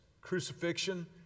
crucifixion